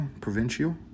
provincial